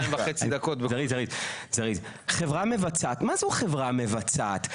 מה זו החברה המבצעת?